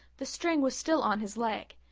the string was still on his leg,